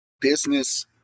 business